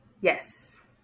Yes